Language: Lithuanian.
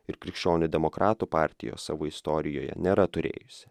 ir krikščionių demokratų partijos savo istorijoje nėra turėjusi